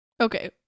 Okay